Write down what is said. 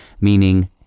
meaning